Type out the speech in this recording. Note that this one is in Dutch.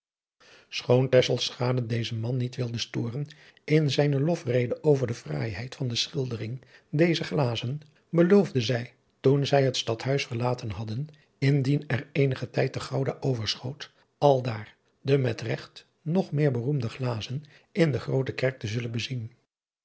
tesselschade dezen man niet wilde storen in zijne lofrede over de fraaiheid van de schildering dezer glazen beloofde zij toen zij het stadhuis verlaten hadden indien er eenigen tijd te gouda overschoot aldaar de met regt nog meer beroemde glazen in de groote kerk te zullen bezien